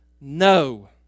No